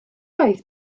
oedd